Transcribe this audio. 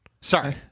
Sorry